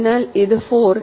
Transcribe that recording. അതിനാൽ ഇത് 4